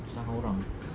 menyusahkan orang